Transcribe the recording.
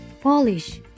Polish